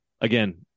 Again